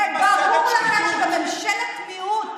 וברור לך שבממשלת מיעוט